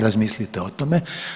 Razmislite o tome.